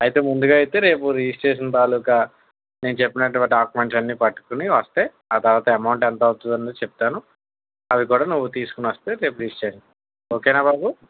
అయితే ముందుగా అయితే రిజిస్ట్రేషన్ యొక్క తాలుకా నేను చెప్పినట్టు డాక్యుమెంట్స్ అన్నీ పట్టుకొని వస్తే ఆ తర్వాత అమౌంట్ ఎంత అవుతుందో చెప్తాను అవి కూడా నువ్వు తీసుకొని వస్తే రేపు రిజిస్ట్రేషన్ ఓకేనా బాబు